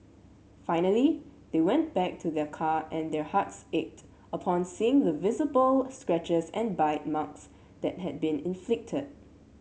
finally they went back to their car and their hearts ached upon seeing the visible scratches and bite marks that had been inflicted